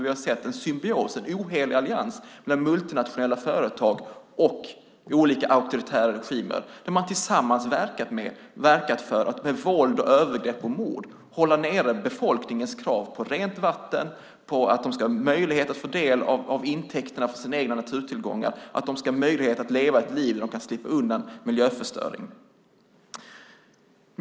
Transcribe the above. Vi har sett en symbios, en ohelig allians, när multinationella företag och olika auktoritära regimer tillsammans verkat för att med våld, övergrepp och mord hålla nere befolkningens krav på rent vatten, möjlighet att få del av intäkterna för sina egna naturtillgångar och möjlighet att leva ett liv där de kan slippa undan miljöförstöring.